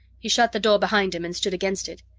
he shut the door behind him and stood against it.